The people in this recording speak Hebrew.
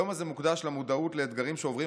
היום הזה מוקדש למודעות לאתגרים שעוברים